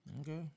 Okay